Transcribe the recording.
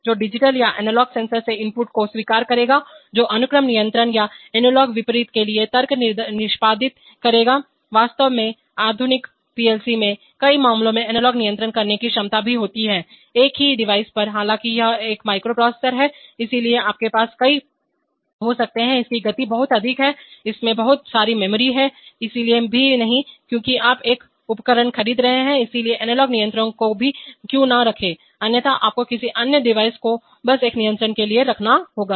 जो डिजिटल या analog sensor से इनपुट को स्वीकार करेगा जो अनुक्रम नियंत्रण या एनालॉग विपरीत के लिए तर्क निष्पादित करेगा वास्तव में आधुनिक पीएलसी में कई मामलों में एनालॉग नियंत्रण करने की क्षमता भी होती है एक ही डिवाइस पर हालांकि यह एक माइक्रोप्रोसेसर है इसलिए आपके पास कई हो सकते हैं इसकी गति बहुत अधिक है इसमें बहुत सारी मेमोरी है इसलिए भी नहीं क्योंकि आप एक उपकरण खरीद रहे हैं इसलिए एनालॉग नियंत्रणों को भी क्यों न रखें अन्यथा आपको किसी अन्य डिवाइस को बस एक नियंत्रण के लिए रखना होगा